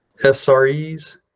SREs